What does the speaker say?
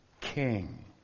king